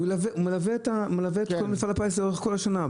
והיא תלווה את מפעל הפיס לכל אורך השנה,